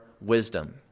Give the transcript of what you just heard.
wisdom